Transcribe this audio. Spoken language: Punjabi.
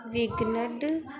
ਵਿਗਨਡ